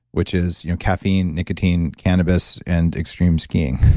which is caffeine, nicotine, cannabis, and extreme skiing.